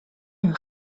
een